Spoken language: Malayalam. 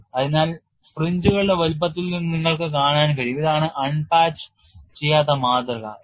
അതിനാൽ ഫ്രിഞ്ച്കളുടെ വലുപ്പത്തിൽ നിന്ന് നിങ്ങൾക്ക് കാണാൻ കഴിയും ഇതാണ് അൺപാച്ച് ചെയ്യാത്ത മാതൃക എന്ന്